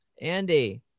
Andy